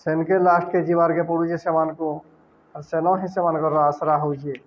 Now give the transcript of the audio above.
ସେନକେ last କେେ ଯିବାର୍କେ ପଡ଼ୁଚେ ସେମାନଙ୍କୁ ଆର୍ ସେନ ହିଁ ସେମାନଙ୍କର ଆଶ୍ର ହଉଚେ